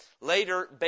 later